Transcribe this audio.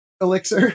elixir